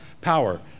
power